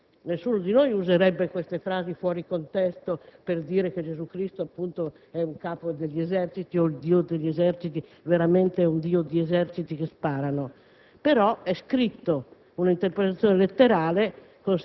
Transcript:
Del resto, se si volessero fare delle citazioni fuori contesto, il Deus Sabaòth, il Dio degli eserciti, è riportato nella Bibbia, non nel Corano. È stato Gesù Cristo a pronunciare la frase: «Non sono venuto a portare la pace, ma la spada».